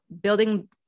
building